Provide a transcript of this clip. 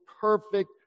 perfect